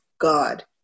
God